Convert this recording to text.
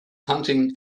hunting